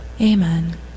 Amen